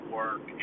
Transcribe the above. work